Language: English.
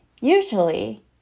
Usually